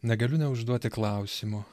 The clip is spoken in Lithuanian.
negaliu neužduoti klausimo